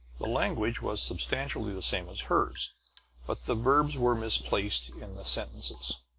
the language was substantially the same as hers but the verbs were misplaced in the sentences,